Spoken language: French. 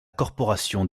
corporation